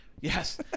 Yes